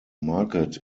market